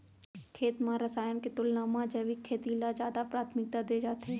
खेत मा रसायन के तुलना मा जैविक खेती ला जादा प्राथमिकता दे जाथे